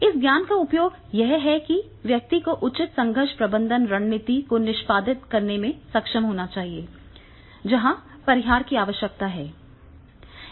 इस ज्ञान का उपयोग यह है कि व्यक्ति को उचित संघर्ष प्रबंधन रणनीति को निष्पादित करने में सक्षम होना चाहिए जहां परिहार की आवश्यकता है